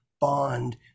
bond